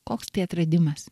koks atradimas